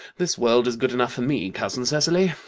this world is good enough for me, cousin cecily.